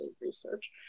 research